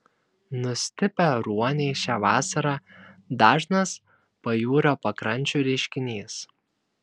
nustipę ruoniai šią vasarą dažnas pajūrio pakrančių reiškinys